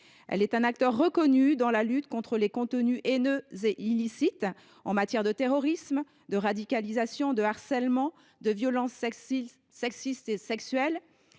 Elle est un acteur reconnu dans la lutte contre les contenus haineux et illicites, en matière de terrorisme, de radicalisation, de harcèlement, de violences sexistes et sexuelles,